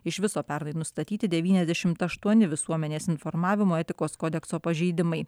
iš viso pernai nustatyti devyniasdešimt aštuoni visuomenės informavimo etikos kodekso pažeidimai